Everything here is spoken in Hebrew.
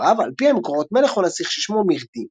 לדבריו "על-פי המקורות, מלך או נסיך ששמו מירדין